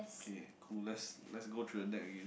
K coolest let's go through the deck again